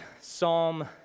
Psalm